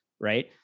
right